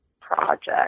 project